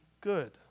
good